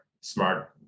smart